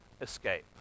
escape